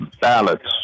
ballots